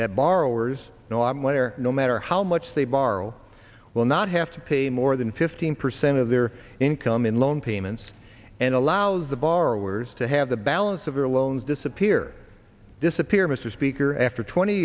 that borrowers no i'm where no matter how much they borrow will not have to pay more than fifteen percent of their income in loan payments and allows the borrowers to have the balance of their loans disappear disappear mr speaker after twenty